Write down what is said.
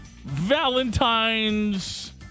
Valentine's